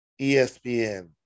ESPN